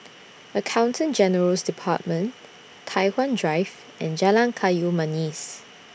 Accountant General's department Tai Hwan Drive and Jalan Kayu Manis